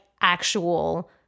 actual